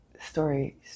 story